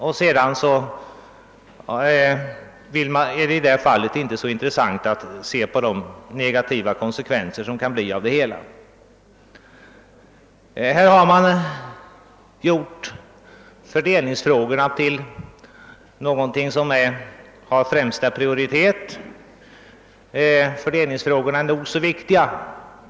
I det sammanhanget har det inte varit lika intressant att beakta de negativa konsekvenser som uppstår. Fördelningsfrågorna har ju givits främsta prioritet, och dessa frågor är ju viktiga.